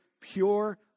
pure